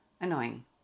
Annoying